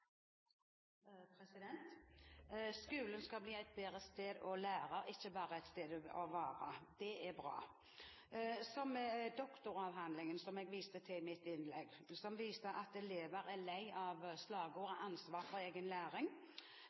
replikkordskifte. Skolen skal bli et bedre sted å lære, ikke bare et sted å være. Det er bra. Doktoravhandlingen som jeg viste til i mitt innlegg, viste at elever er lei av slagordet «ansvar for egen læring».